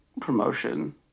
promotion